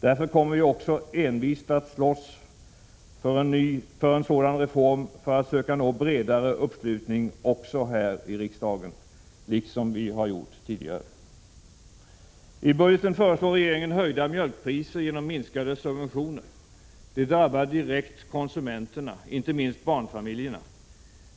Därför kommer vi också envist att slåss för en sådan reform för att söka nå bredare uppslutning också här i riksdagen, liksom vi har gjort tidigare. I budgeten föreslår regeringen höjda mjölkpriser genom minskade subventioner. Det drabbar direkt konsumenterna, inte minst barnfamiljerna.